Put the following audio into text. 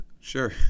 Sure